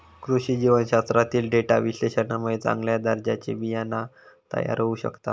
कृषी जीवशास्त्रातील डेटा विश्लेषणामुळे चांगल्या दर्जाचा बियाणा तयार होऊ शकता